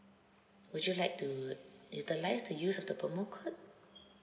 would you like to utilise the use of the promo code